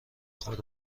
خود